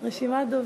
אנחנו